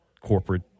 corporate